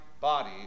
body